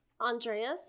Andreas